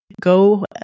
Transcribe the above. go